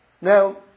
Now